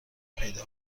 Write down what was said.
پیدا